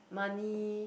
money